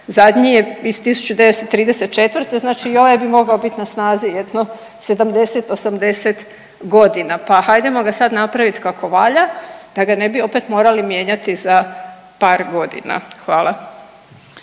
Zadnji je iz 1934., znači i ovaj bi mogao bit na snazi jedno 70, 80 godina, pa hajdemo ga sad napraviti kako valja da ga ne bi opet morali mijenjati za par godina. Hvala.